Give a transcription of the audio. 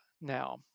now